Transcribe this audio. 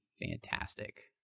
fantastic